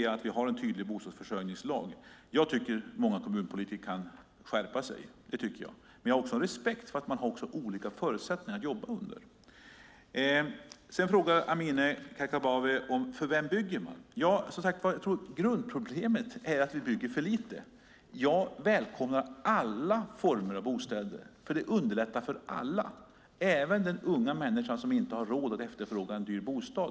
Vi har en tydlig bostadsförsörjningslag. Jag tycker att många kommunpolitiker kan skärpa sig. Men jag har också respekt för att man har olika förutsättningar att jobba under. Amineh Kakabaveh frågar: För vem bygger man? Grundproblemet är att vi bygger för lite. Jag välkomnar alla former av bostäder. Det underlättar för alla, och även för den unga människan som inte har råd att efterfråga en dyr bostad.